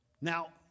Now